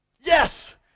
yes